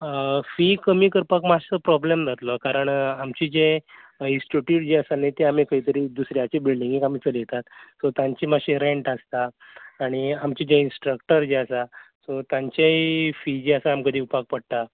fee कमी करपाक मात्सो प्रोब्लेम जातलो कारण आमची जें इन्स्टिट्यूट जें आसा न्ही तें आमी खंय तरी दुसऱ्याचे बिल्डिंगेन आमी चलयतात सो तांचे मातशें रेन्ट आसता आनी आमचें जें इन्स्ट्रक्टर जें आसा सो तांचेय फी जी आसा तांकां दिवपाक पडटा